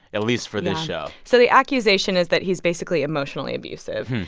at least for this show so the accusation is that he's basically emotionally abusive.